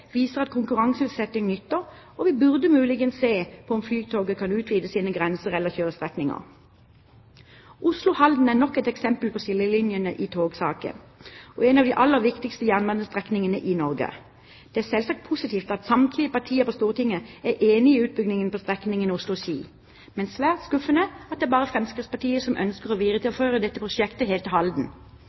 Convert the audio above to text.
viser at konkurranseutsetting nytter, og vi burde muligens se på om Flytoget kan utvide sine grenser eller kjørestrekninger. Oslo–Halden er nok et eksempel på skillelinjene i togsaken og en av de aller viktigste jernbanestrekningene i Norge. Det er selvsagt positivt at samtlige partier på Stortinget er enig i utbyggingen på strekningen Oslo–Ski, men det er svært skuffende at det bare er Fremskrittspartiet som ønsker å videreføre dette prosjektet helt til Halden.